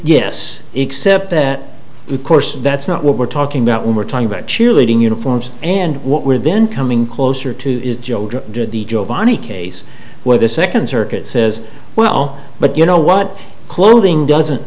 yes except that of course that's not what we're talking about when we're talking about cheerleading uniforms and what we're then coming closer to is joe di giovanni case where the second circuit says well but you know what clothing doesn't